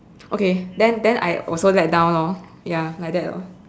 okay then then I also let down lor ya like that lor